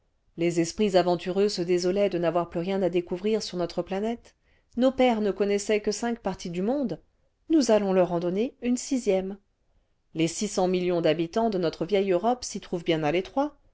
les esprits aventureux se désolaient de n'avoir plus rien à découvrir sur notre planète nos pères ne connaissaient que cinq parties du monde nous allons leur en donner une sixième les six cents millions d'habitants cle notre vieille europe s'y trouvent bien à l'étroit